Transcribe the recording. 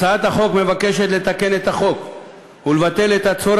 הצעת החוק מבקשת לתקן את החוק ולבטל את הדרישה